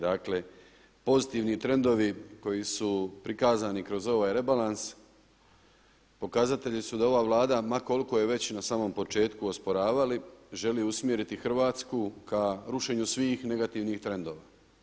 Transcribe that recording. Dakle pozitivni trendovi koji su prikazani kroz ovaj rebalans pokazatelji su da ova Vlada ma koliko je već na samom početku osporavali želi usmjeriti Hrvatsku k rušenju svih negativnih trendova.